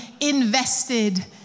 invested